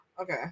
Okay